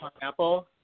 pineapple